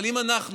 אבל אם אנחנו